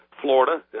florida